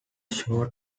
short